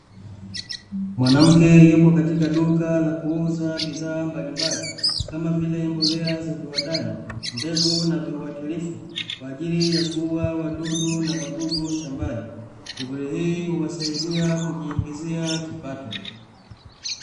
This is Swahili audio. Mwanamke yupo katika duka la kuuza bidhaa mbalimbali kama vile mbolea za viwandani, mbegu na viwatilifu kwajili ya kuuwa wadudu na magugu shambani, mbegu hii huwasaidia kuwaingia kipato.